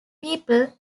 people